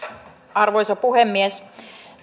arvoisa puhemies